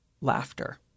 laughter